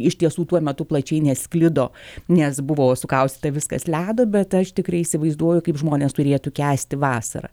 iš tiesų tuo metu plačiai nesklido nes buvau sukaustyta viskas ledo bet aš tikrai įsivaizduoju kaip žmonės turėtų kęsti vasarą